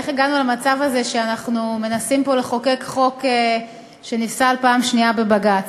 איך הגענו למצב הזה שאנחנו מנסים פה לחוקק חוק שנפסל פעם שנייה בבג"ץ.